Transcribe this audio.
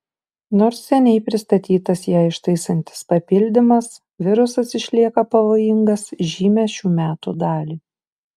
nors seniai pristatytas ją ištaisantis papildymas virusas išlieka pavojingas žymią šių metų dalį